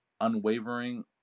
unwavering